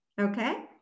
Okay